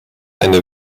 eine